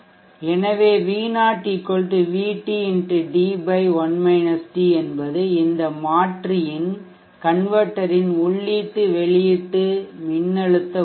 எனவே V0 VT d 1 d என்பது இந்த மாற்றியின் உள்ளீட்டு வெளியீட்டு மின்னழுத்த உறவு